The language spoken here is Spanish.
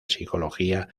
psicología